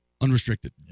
unrestricted